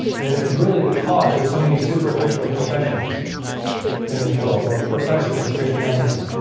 that? is really the cause of so many superficial professions in this world or professors of christianity